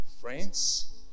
france